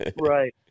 Right